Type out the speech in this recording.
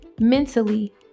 mentally